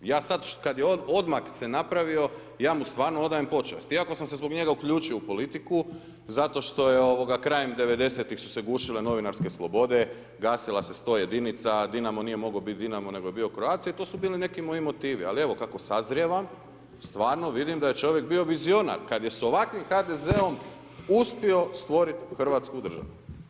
I ja sad kad je on, odmak se napravio, ja mu stvarno odajem počast, iako sam se zbog njega uključio u politiku zato što je krajem '90.-tih su se gušile novinarske slobode, gasila se 101.-inica, Dinamo nije mogao biti Dinamo nego je bio Croatia i to su bili neki moji motivi, ali evo kako sazrijevam stvarno vidim da je čovjek bio vizionar kada je sa ovakvim HDZ-om uspio stvoriti Hrvatsku državu.